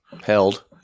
Held